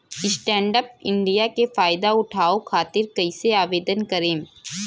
Stand up India के फाइदा उठाओ खातिर कईसे आवेदन करेम?